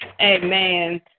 Amen